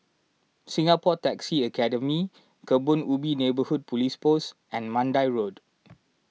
Singapore Taxi Academy Kebun Ubi Neighbourhood Police Post and Mandai Road